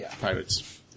pirates